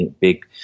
big